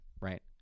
right